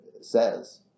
says